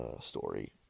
story